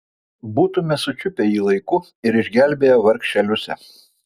būtumėme sučiupę jį laiku ir išgelbėję vargšę liusę